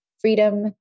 freedom